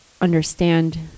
understand